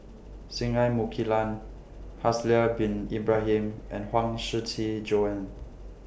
Singai Mukilan Haslir Bin Ibrahim and Huang Shiqi Joan